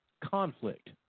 conflict